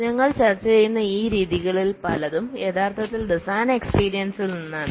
ഞങ്ങൾ ചർച്ച ചെയ്യുന്ന ഈ രീതികളിൽ പലതും യഥാർത്ഥത്തിൽ ഡിസൈൻ എക്സ്പീരിയൻസിൽ നിന്നാണ്